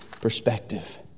perspective